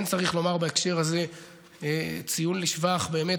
כן צריך לומר בהקשר הזה ציון לשבח באמת